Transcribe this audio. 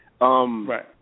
right